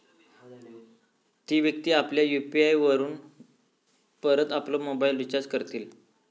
ती व्यक्ती आपल्या यु.पी.आय वापरून परत आपलो मोबाईल रिचार्ज करतली